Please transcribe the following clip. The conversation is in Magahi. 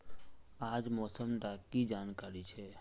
आज मौसम डा की जानकारी छै?